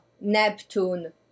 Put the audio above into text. Neptune